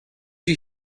you